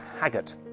Haggart